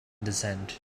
descent